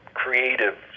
creative